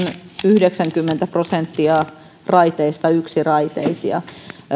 yhdeksänkymmentä prosenttia raiteista yksiraiteisia